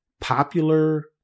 popular